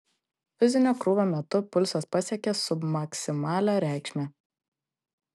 fizinio krūvio metu pulsas pasiekė submaksimalią reikšmę